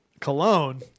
cologne